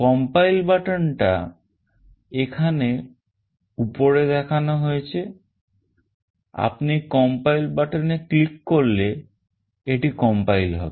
compile button টা এখানে উপরে দেখানো হয়েছে আপনি compile button এ click করলে এটি compile হবে